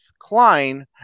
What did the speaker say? Klein